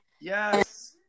Yes